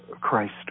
Christ